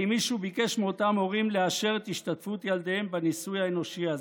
האם מישהו ביקש מאותם הורים לאשר את השתתפות ילדיהם בניסוי האנושי הזה?